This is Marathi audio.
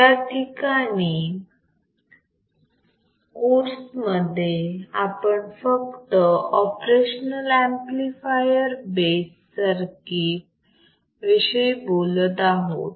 या ठराविक कोर्समध्ये आपण फक्त ऑपरेशनाल अंपलिफायर बेस सर्किट विषयी बोलतो आहोत